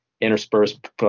interspersed